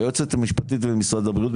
היועצת המשפטית ומשרד הבריאות,